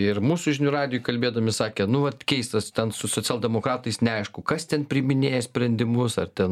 ir mūsų žinių radijui kalbėdami sakė nu vat keistas ten su socialdemokratais neaišku kas ten priiminėja sprendimus ar ten